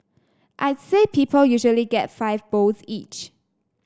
I'd say people usually get five bowls each